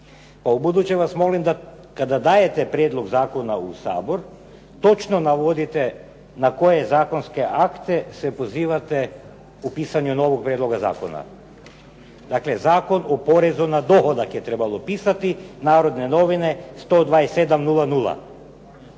Pa ubuduće vas molim kada dajete prijedlog zakona u Sabor točno navodite na koje zakonske akte se pozivate u pisanju novog prijedloga zakona. Dakle Zakon o porezu na dohodak je trebalo pisati "Narodne novine" 127/00..